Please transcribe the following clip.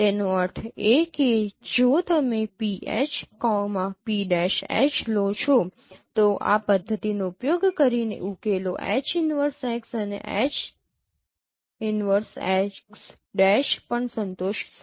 તેનો અર્થ એ કે જો તમે PH P'H લો છો તો આ પદ્ધતિનો ઉપયોગ કરીને ઉકેલો H 1x અને H 1x' પણ સંતોષશે